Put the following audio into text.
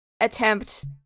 attempt